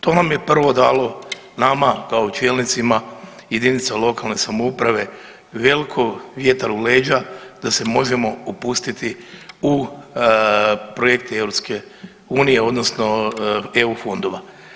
To nam je prvo dalo nama kao čelnicima jedinica lokalne samouprave veliki vjetar u leđa da se možemo upustiti u projekte EU odnosno eu fondova.